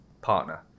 partner